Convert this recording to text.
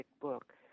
book